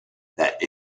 that